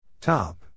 Top